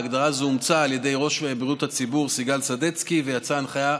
ההגדרה הזו אומצה על ידי ראש בריאות הציבור סיגל סדצקי ויצאה הנחיה.